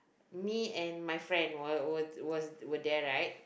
me and my friend were were was were there right